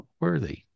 worthy